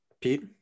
Pete